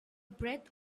breath